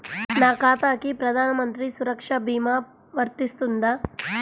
నా ఖాతాకి ప్రధాన మంత్రి సురక్ష భీమా వర్తిస్తుందా?